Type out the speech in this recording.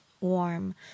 warm